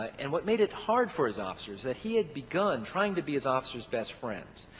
and what made it hard for his officers that he had begun trying to be his officers' best friends.